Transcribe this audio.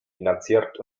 finanziert